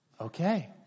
Okay